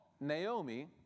Naomi